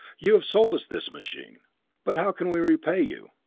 you have sold us this machine but how can we repay you?